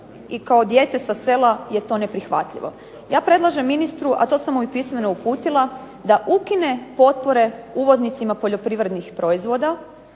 i kao dijete sa sela je to neprihvatljivo. Ja predlažem ministru a to sam mu i pismeno uputila, da ukine potpore uvoznicima poljoprivrednih proizvoda,